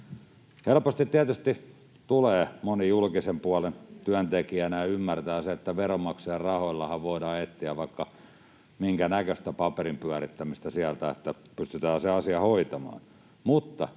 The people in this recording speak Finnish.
Helposti tietysti moni julkisen puolen työntekijänä ymmärtää sen, että veronmaksajien rahoillahan voidaan etsiä vaikka minkä näköistä paperinpyörittämistä sieltä, niin että pystytään se asia hoitamaan,